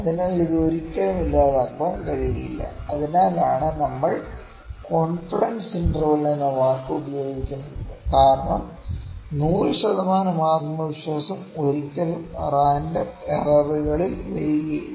അതിനാൽ ഇത് ഒരിക്കലും ഇല്ലാതാക്കാൻ കഴിയില്ല അതിനാലാണ് നമ്മൾ കോൺഫിഡൻസ് ഇന്റർവെൽ എന്ന വാക്ക് ഉപയോഗിക്കുന്നത് കാരണം 100 ശതമാനം ആത്മവിശ്വാസം ഒരിക്കലും റാൻഡം എറർകളിൽ വരില്ല